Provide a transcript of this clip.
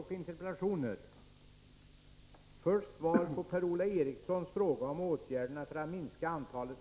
Herr talman!